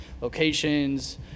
locations